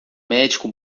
médico